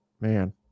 man